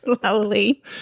Slowly